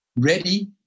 ready